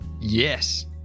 yes